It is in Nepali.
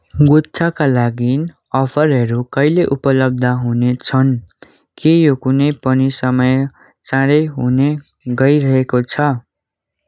गुच्छाका लागि अफरहरू कहिले उपलब्ध हुनेछन् के यो कुनै पनि समय चाँडै हुने गइरहेको छ